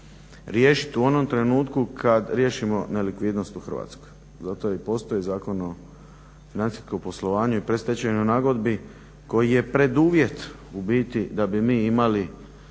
riješiti u onom trenutku kada riješimo nelikvidnost u Hrvatskoj. Zato i postoji Zakon o financijskom poslovanju i predstečajnoj nagodbi koji je preduvjet u biti da bi mi imali